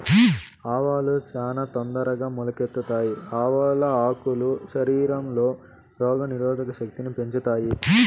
ఆవాలు చానా తొందరగా మొలకెత్తుతాయి, ఆవాల ఆకులు శరీరంలో రోగ నిరోధక శక్తిని పెంచుతాయి